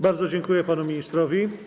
Bardzo dziękuję panu ministrowi.